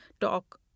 talk